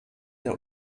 der